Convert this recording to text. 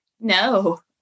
no